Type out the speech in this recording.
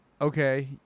okay